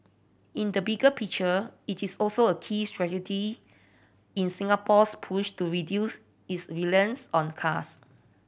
in the bigger picture it is also a key strategy in Singapore's push to reduce its reliance on the cars